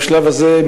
בשלב הזה,